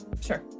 Sure